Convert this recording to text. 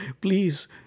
please